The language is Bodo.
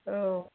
औ